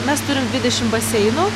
mes turim dvidešim baseinų